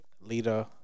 leader